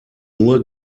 nur